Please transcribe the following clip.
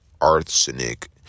Arsenic